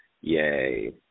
Yay